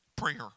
prayer